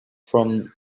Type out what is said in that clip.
from